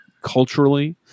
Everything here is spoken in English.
culturally